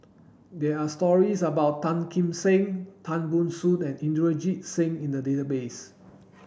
there are stories about Tan Kim Seng Tan Ban Soon and Inderjit Singh in the database